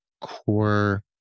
core